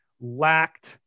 lacked